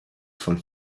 von